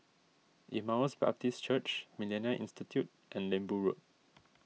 Emmaus Baptist Church Millennia Institute and Lembu Road